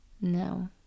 No